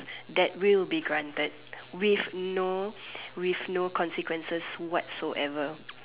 that will be granted with no with no consequences whatsoever